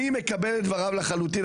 אני מקבל את דבריו לחלוטין,